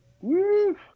Woo